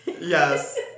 Yes